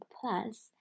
Plus